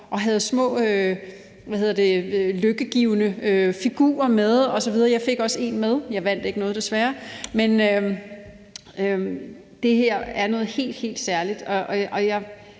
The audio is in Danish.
og har små lykkegivende figurer med osv. Jeg fik også en figur med – jeg vandt desværre ikke noget – men det her er noget helt, helt særligt,